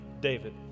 David